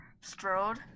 strode